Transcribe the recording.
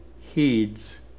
heeds